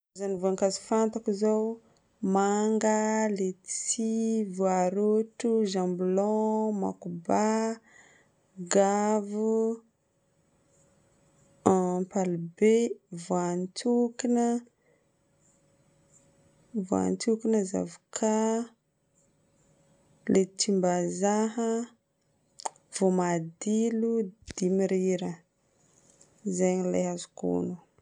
Raha ny voankazo fantako izao: manga, letchi, varotro, jamblon, makoba, gavo, ampaly be, voantsokina, voantsokina, zavokà, letchi-m-bazaha, voamadilo dimy rira. Zegny ilay azoko ogno.